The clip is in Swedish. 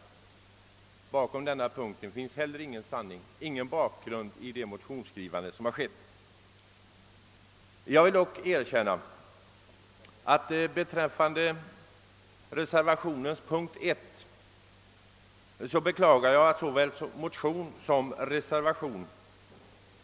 Inte heller bakom detta uttalande finns det någon sanning, och det finns ingen grund för det i de föreliggande motionerna. Jag beklagar dock att reservationens yrkande under punkten 1 liksom motsvarande motionsyrkande